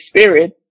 spirit